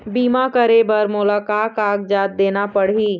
बीमा करे बर मोला का कागजात देना पड़ही?